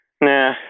Nah